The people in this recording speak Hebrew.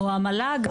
או המל"ג.